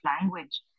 language